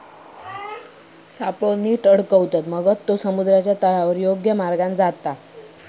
सापळो नीट अडकवतत, मगच ते समुद्राच्या तळावर योग्य मार्गान उतारतत